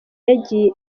yagiye